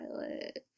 Pilot